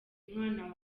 umwana